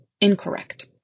incorrect